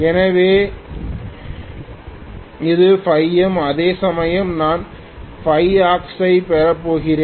எனவே இது φm அதேசமயம் நான் φaux ஐ பெறப்போகிறேன்